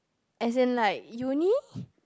as in like uni